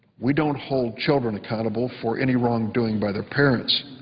we don't hold children accountable for any wrongdoing by their parents.